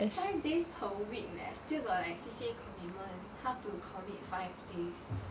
five days per week leh still got like C_C_A commitment how to commit five days